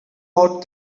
hot